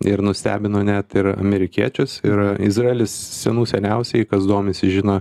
ir nustebino net ir amerikiečius ir izraelis senų seniausiai kas domisi žino